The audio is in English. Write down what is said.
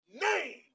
name